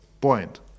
Point